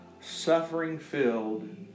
suffering-filled